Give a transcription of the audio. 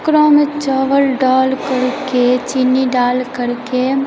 ओकरामे चावल डाल करके चीनी डाल करके